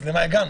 למה הגענו?